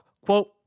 Quote